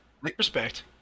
Respect